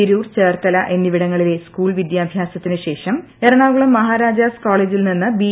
തിരൂർ ചേർത്തല എന്നിവിടങ്ങളിലെ സ്കൂൾ വിദ്യാഭ്യാസത്തിനുശേഷം എറണാകുളം മഹാരാജാസ് കോളേജിൽ നിന്നും ബി